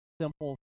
simple